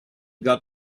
got